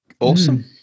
Awesome